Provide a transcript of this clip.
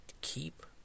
keep